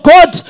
God